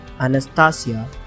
Anastasia